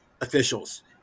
officials